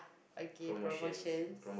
okay promotion